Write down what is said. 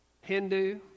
Hindu